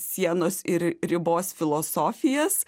sienos ir ribos filosofijas